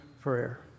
prayer